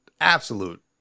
absolute